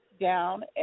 down